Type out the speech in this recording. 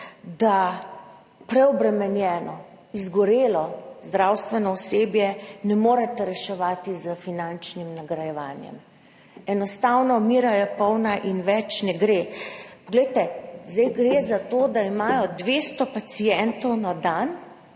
da preobremenjenega, izgorelega zdravstvenega osebja ne morete reševati s finančnim nagrajevanjem. Enostavno, mera je polna in več ne gre. Poglejte, zdaj gre za to, da imajo ti osebni